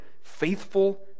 faithful